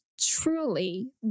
truly